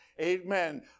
Amen